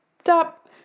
stop